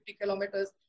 kilometers